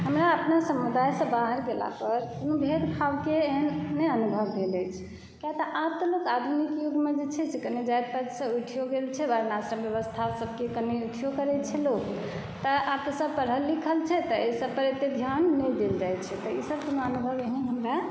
हमरा अपना समुदायसँ बाहर गेलापर कोनो भेदभावके एहन नहि अनुभव भेल अछि किआ तऽ आब तऽ लोग आधुनिक युगमे जे छै से कनि जाति पातिसँ उठिओ गेल छै वर्णाश्रम व्यवस्थासभके कनि अथिओ करैत छै लोग तऽ आब तऽ सभ पढ़ल लिखल छै तऽ एहिसभ पर एतए ध्यान नहि देल जैत छै तऽ ईसभ कोनो अनुभव एहन हमरा नहि भेल अछि